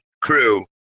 crew